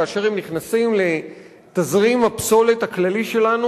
כאשר הם נכנסים לתזרים הפסולת הכללי שלנו